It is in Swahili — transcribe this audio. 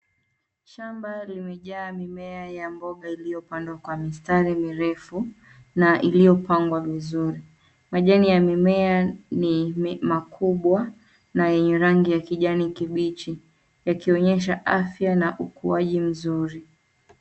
Shamba limejaa mimea ya mboga iliyopandwa kwa mistari mirefu na iliyopangwa vizuri. Majani ya mimea ni makubwa na yenye rangi ya kijani kibichi, yakionyesha afya na ukuaji mzuri.